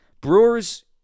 Brewers